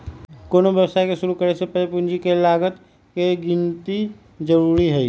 कोनो व्यवसाय के शुरु करे से पहीले पूंजी के लागत के गिन्ती जरूरी हइ